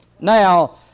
Now